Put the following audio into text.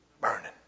burning